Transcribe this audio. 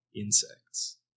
insects